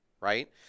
Right